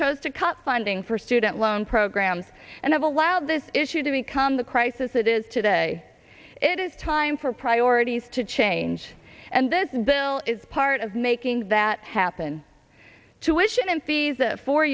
chose to cut funding for student loan programs and have allowed this issue to become the crisis it is today it is time for priorities to change and this bill is part of making that happen to asian and fees a four